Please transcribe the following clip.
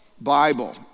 Bible